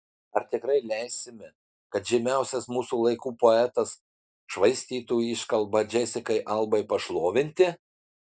ar tikrai leisime kad žymiausias mūsų laikų poetas švaistytų iškalbą džesikai albai pašlovinti